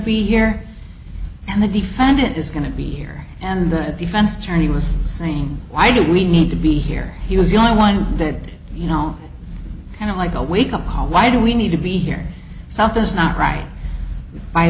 be here and the defendant is going to be here and the defense attorney was saying why do we need to be here he was the only one that you know kind of like a wake up call why do we need to be here south is not right